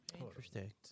Interesting